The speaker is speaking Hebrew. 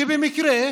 ובמקרה,